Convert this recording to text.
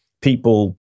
people